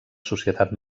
societat